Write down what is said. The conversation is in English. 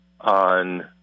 on